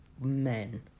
men